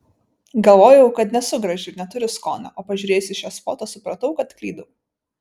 galvojau kad nesu graži ir neturiu skonio o pažiūrėjusi šias foto supratau kad klydau